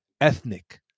ethnic